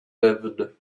lived